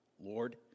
Lord